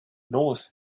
los